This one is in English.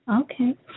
Okay